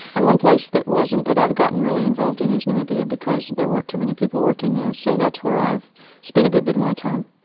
and one place that wasn't that i've gotten really involved in is namibia because there weren't too many people working there, so that's where i've spent a good bit of my time.